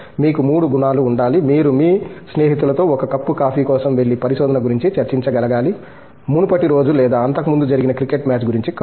మీకు 3 గుణాలు ఉండాలి మీరు మీ స్నేహితులతో ఒక కప్పు కాఫీ కోసం వెళ్లి పరిశోధన గురించి చర్చించగలగాలి మునుపటి రోజు లేదా అంతకుముందు జరిగిన క్రికెట్ మ్యాచ్ గురించి కాదు